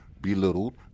belittled